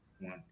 one